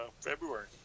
February